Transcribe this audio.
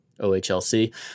OHLC